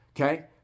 okay